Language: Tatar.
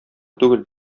түгел